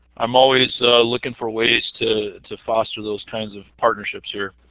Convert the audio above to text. i'm always looking for ways to to foster those kinds of partnerships here.